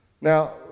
Now